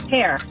Hair